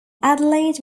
adelaide